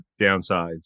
downsides